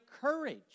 courage